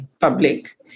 public